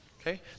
okay